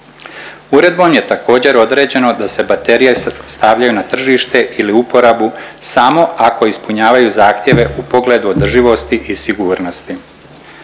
Uredbom je također određeno da se baterije stavljaju na tržište ili uporabu samo ako ispunjavaju zahtjeve u pogledu održivosti i sigurnosti.